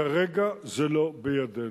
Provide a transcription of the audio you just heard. כרגע זה לא בידינו.